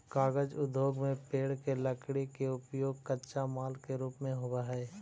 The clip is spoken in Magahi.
कागज उद्योग में पेड़ के लकड़ी के उपयोग कच्चा माल के रूप में होवऽ हई